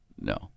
No